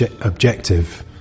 objective